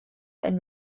and